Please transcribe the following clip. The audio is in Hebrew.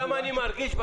מה זה שייך?